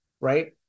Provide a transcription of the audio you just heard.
Right